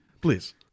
Please